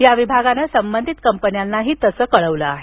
या विभागानं संबंधित कंपन्यांनाही तसं कळवलं आहे